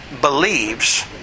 believes